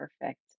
Perfect